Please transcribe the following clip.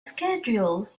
schedule